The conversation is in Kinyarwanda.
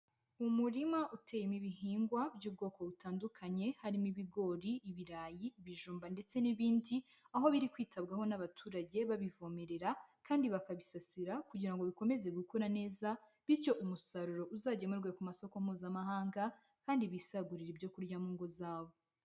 Umurima uteyemo ibihingwa by'ubwoko butandukanye, harimo ibigori, ibirayi, ibijumba ndetse n'ibindi, aho biri kwitabwaho n'abaturage babivomerera kandi bakabisasira kugira ngo bikomeze gukura neza bityo umusaruro uzagemurwe ku masoko mpuzamahanga kandi bisagurira ibyo kurya mu ngo zabo.